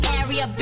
area